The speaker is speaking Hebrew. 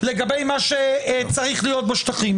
לגבי מה שצריך להיות בשטחים.